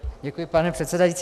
Děkuji, pane přesedající.